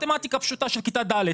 מתמטיקה פשוטה של כיתה ד',